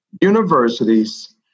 universities